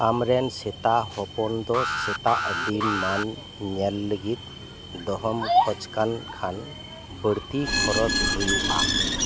ᱟᱢᱨᱤᱱ ᱥᱮᱛᱟ ᱦᱚᱯᱚᱱ ᱫᱚ ᱥᱮᱛᱟᱜ ᱫᱤᱱ ᱢᱟᱱ ᱧᱮᱞ ᱞᱟᱹᱜᱤᱫ ᱫᱚᱦᱚᱢ ᱠᱷᱚᱡᱽ ᱠᱟᱱ ᱠᱷᱟᱱ ᱠᱟᱹᱲᱛᱤ ᱠᱷᱚᱨᱚᱪ ᱦᱩᱭᱩᱜᱼᱟ